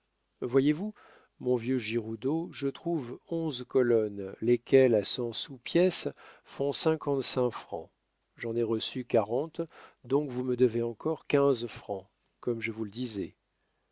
voyez-vous mon vieux giroudeau je trouve onze colonnes lesquelles à cent sous pièce font cinquante-cinq francs j'en ai reçu quarante donc vous me devez encore quinze francs comme je vous le disais